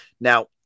Now